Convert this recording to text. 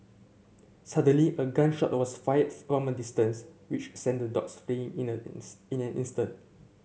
suddenly a gun shot was fired from a distance which sent the dogs fleeing in an in an instant